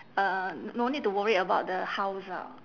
uh no need to worry about the house ah